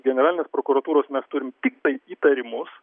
generalinės prokuratūros mes turim tiktai įtarimus